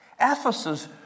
Ephesus